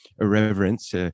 irreverence